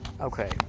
Okay